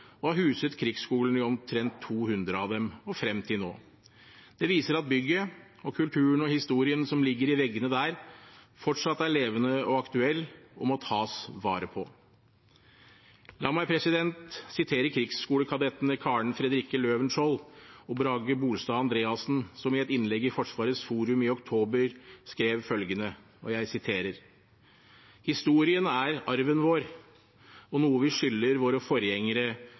og har huset krigsskolen i omtrent 200 av dem – og frem til nå. Det viser at bygget – og kulturen og historien som ligger i veggene der – fortsatt er levende og aktuell, og må tas vare på. La meg sitere krigsskolekadettene Karen Frederikke Løvenskiold og Brage Bolstad-Andreassen, som i et innlegg i Forsvarets Forum i oktober skrev følgende: «Historien er arven vår, og noe vi skylder våre forgjengere